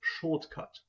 shortcut